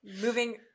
Moving